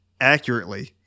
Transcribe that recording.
accurately